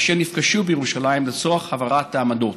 אשר נפגשו בירושלים לצורך הבהרת העמדות.